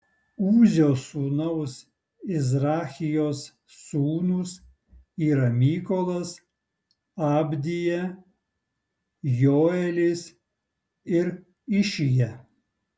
uzio sūnaus izrachijos sūnūs yra mykolas abdija joelis ir išija